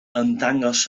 ymddangos